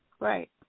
Right